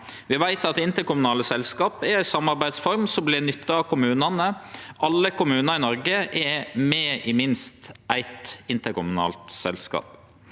Vi veit at interkommunale selskap er ei samarbeidsform som vert nytta av kommunane. Alle kommunar i Noreg er med i minst eitt interkommunalt selskap.